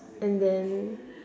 and then